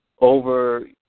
over